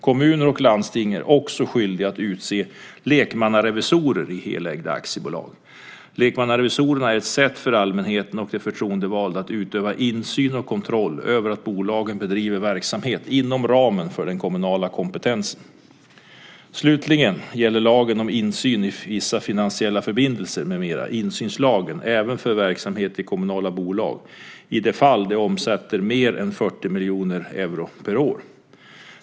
Kommuner och landsting är också skyldiga att utse lekmannarevisorer i helägda aktiebolag. Lekmannarevisorerna är ett sätt för allmänheten och de förtroendevalda att utöva insyn och kontroll över att bolagen bedriver verksamhet inom ramen för den kommunala kompetensen. Slutligen gäller lagen om insyn i vissa finansiella förbindelser med mera - insynslagen - även för verksamhet i kommunala bolag i de fall de omsätter mer än 40 miljoner euro per år.